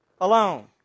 alone